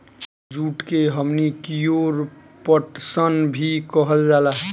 जुट के हमनी कियोर पटसन भी कहल जाला